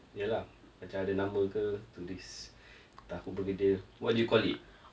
ya lah macam ada nama ke to this tahu begedil what do you call it